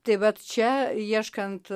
tai vat čia ieškant